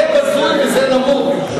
זה בזוי וזה נמוך.